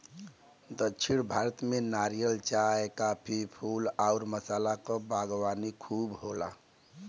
दक्षिण भारत में नारियल, चाय, काफी, फूल आउर मसाला क बागवानी खूब होला